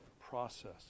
process